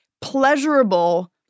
pleasurable